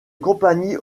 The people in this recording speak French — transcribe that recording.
compagnie